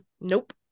nope